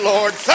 Lord